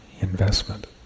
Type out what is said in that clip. investment